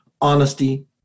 honesty